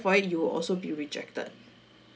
for it you will also be rejected